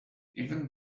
even